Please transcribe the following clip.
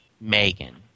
Megan